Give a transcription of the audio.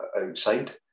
outside